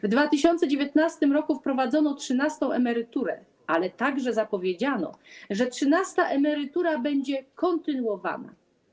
W 2019 r. wprowadzono trzynastą emeryturę, ale także zapowiedziano, że trzynasta emerytura będzie kontynuowana.